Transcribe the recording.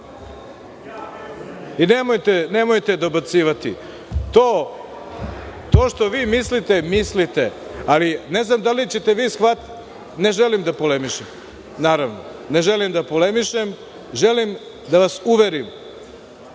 Nemojte dobacivati. To što vi mislite, mislite, ali ne znam da li ćete vi shvatite. Ipak, ne želim da polemišem. Naravno, ne želim da polemišem, želim da vas uverim